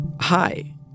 Hi